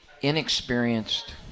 inexperienced